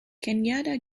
kenyatta